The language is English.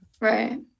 Right